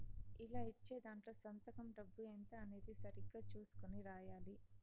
ఇలా ఇచ్చే దాంట్లో సంతకం డబ్బు ఎంత అనేది సరిగ్గా చుసుకొని రాయాలి